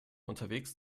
unterwegs